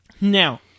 Now